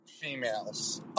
females